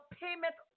payment